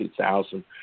2000